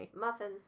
Muffins